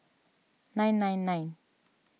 nine nine nine